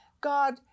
God